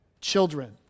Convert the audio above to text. children